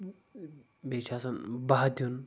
بیٚیہِ چھِ آسان بہہ دِیُن